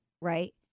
right